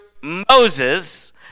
Moses